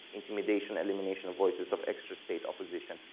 intimidation, elimination of voices of extra state opposition.